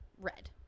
red